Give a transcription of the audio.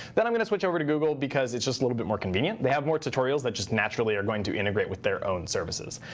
then i'm going to switch over to google because it's just a little bit more convenient. they have more tutorials that just naturally are going to integrate with their own services.